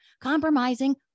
compromising